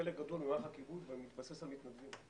חלק גדול ממערך הכיבוי מתבסס על מתנדבים.